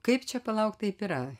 kaip čia palauk taip yra